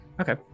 Okay